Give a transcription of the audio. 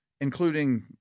including